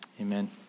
Amen